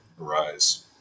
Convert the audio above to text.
arise